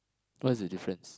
what's the difference